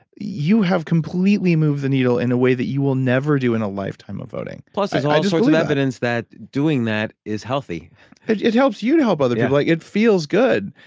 you have completely moved the needle in a way that you will never do in a lifetime of voting plus, there's all sorts of evidence that doing that is healthy it helps you to help other people. it it feels good,